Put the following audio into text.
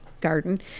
garden